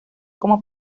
como